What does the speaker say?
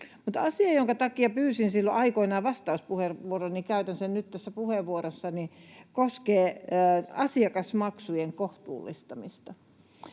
asia. Asia, jonka takia pyysin silloin aikoinaan vastauspuheenvuoron — jonka käytän nyt tässä puheenvuorossani — koskee asiakasmaksujen kohtuullistamista.